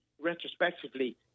retrospectively